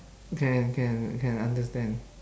can can I can understand